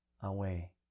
away